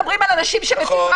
אני לא אומרת פופוליסטים --- לא,